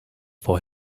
for